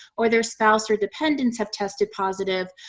or their spouse or dependents have tested positive,